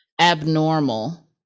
abnormal